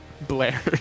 Blair